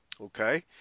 Okay